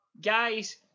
guys